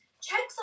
checks